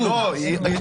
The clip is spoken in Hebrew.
אישור.